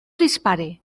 dispare